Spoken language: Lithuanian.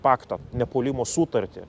paktą nepuolimo sutartį